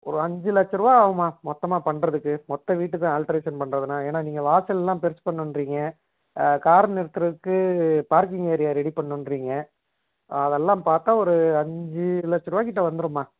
ஒரு அஞ்சு லட்சம் ரூபா ஆகும்மா மொத்தமாக பண்ணுறதுக்கு மொத்த வீட்டுக்கு ஆல்டர்னேஷன் பண்றதுனால் ஏன்னால் நீங்கள் வாசலெலாம் பெருசு பண்ணணும்ங்றீங்க கார் நிறுத்துகிறதுக்கு பார்க்கிங் ஏரியா ரெடி பண்ணணும்ங்றீங்க அதெல்லாம் பார்த்தா ஒரு அஞ்சு லட்சம் ரூபா கிட்டே வந்துடும்மா